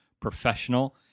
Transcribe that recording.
professional